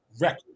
record